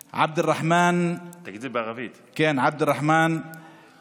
( ה-34 של תאונות העבודה מתחילת שנה זו.